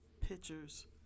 pictures